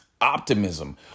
Optimism